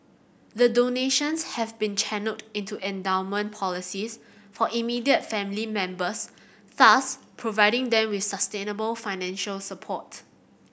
the donations have been channelled into endowment policies for immediate family members thus providing them with sustainable financial support